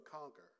conquer